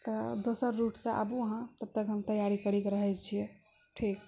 तऽ दोसर रूटसँ आबू अहाँ तब तक हम तैयारी करिके रहै छिए